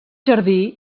jardí